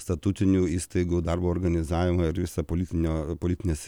statutinių įstaigų darbo organizavimą ir visą politinio politinės